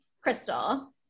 crystal